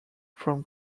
from